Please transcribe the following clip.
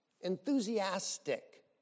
Enthusiastic